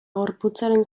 gorputzaren